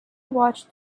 watched